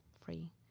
free